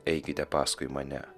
eikite paskui mane